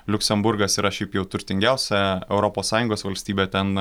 liuksemburgas yra šiaip jau turtingiausia europos sąjungos valstybė ten